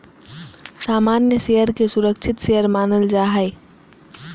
सामान्य शेयर के सुरक्षित शेयर मानल जा हय